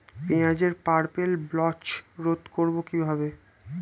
পেঁয়াজের purple blotch রোধ করবো কিভাবে?